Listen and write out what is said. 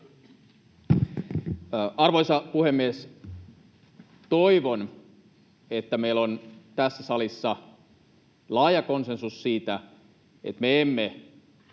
Arvoisa puhemies! Toivon, että meillä on tässä salissa laaja konsensus siitä, että me emme